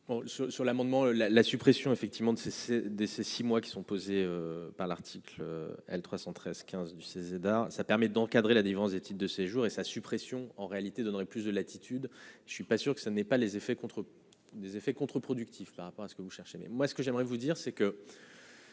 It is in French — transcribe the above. sur l'amendement la la suppression, effectivement, de cesser de ces 6 mois qui sont posées par l'article L 313 15 du ces aidants, ça permet d'encadrer la différence des types de séjours et sa suppression. En réalité, donnerait plus de latitude, je ne suis pas sûr que ce n'est pas les effets contre des effets contre-productifs par rapport à ce que vous cherchez, mais moi ce que j'aimerais vous dire c'est que.